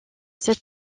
cette